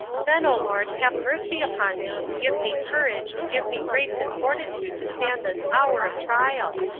then, o lord, have mercy upon me give me courage, give me grace and fortitude to stand this hour of trial.